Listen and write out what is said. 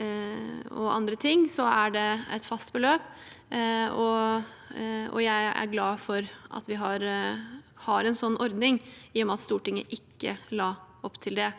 og andre ting er det et fast beløp. Jeg er glad for at vi har en sånn ordning, i og med at Stortinget ikke la opp til det